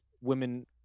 women